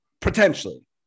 Potentially